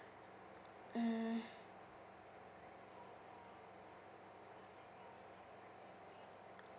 mm